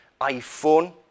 iPhone